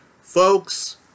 folks